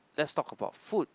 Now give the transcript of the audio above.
let's talk about food